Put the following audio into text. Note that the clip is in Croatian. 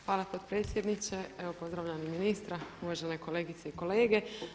Hvala potpredsjedniče, evo pozdravljam i ministra, uvažene kolegice i kolege.